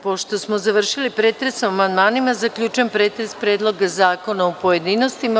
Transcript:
Pošto smo završili pretres o amandmanima, zaključujem pretres Predloga zakona u pojedinostima.